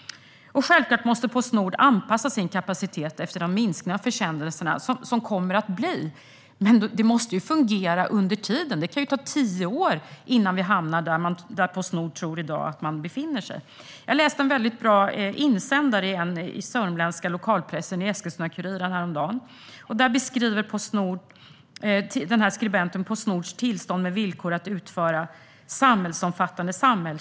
Självklart måste Postnord anpassa sin kapacitet efter den minskning av antalet försändelser som kommer att ske, men det måste fungera under tiden. Det kan ta tio år innan vi hamnar där Postnord tror att de i dag befinner sig. Jag läste häromdagen en bra insändare i den sörmländska lokalpressen - Eskilstuna-Kuriren. Skribenten beskrev Postnords tillstånd med villkor att utföra en samhällsomfattande tjänst.